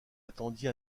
attendit